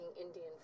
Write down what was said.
Indian